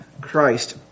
Christ